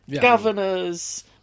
governors